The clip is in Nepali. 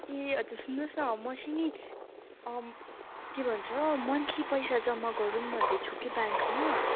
ए हजुर सुन्नुहोस् न म चाहिँ नि के भन्छ मन्थली पैसा जम्मा गरौँ भन्दैछु कि ब्याङ्कमा